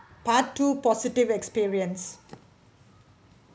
part two positive experience